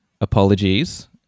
apologies